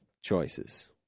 choices